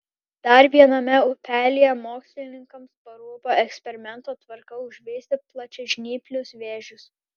dar viename upelyje mokslininkams parūpo eksperimento tvarka užveisti plačiažnyplius vėžius